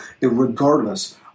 regardless